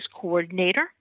coordinator